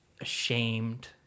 ashamed